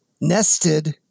nested